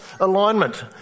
alignment